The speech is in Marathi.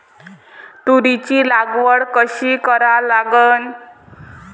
तुरीची लागवड कशी करा लागन?